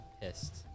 Pissed